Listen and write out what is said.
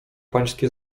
pańskie